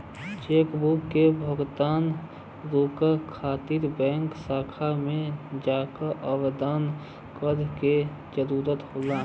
chequebook से भुगतान रोके खातिर बैंक शाखा में जाके आवेदन करे क जरुरत होला